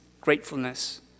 gratefulness